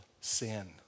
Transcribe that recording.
sin